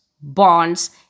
bonds